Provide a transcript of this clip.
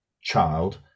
child